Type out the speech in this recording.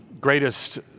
greatest